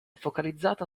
focalizzata